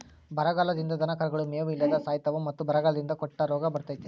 ಬರಗಾಲದಿಂದ ದನಕರುಗಳು ಮೇವು ಇಲ್ಲದ ಸಾಯಿತಾವ ಮತ್ತ ಬರಗಾಲದಿಂದ ಕೆಟ್ಟ ರೋಗ ಬರ್ತೈತಿ